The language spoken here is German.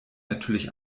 natürlich